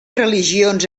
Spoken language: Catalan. religions